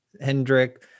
Hendrik